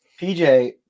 PJ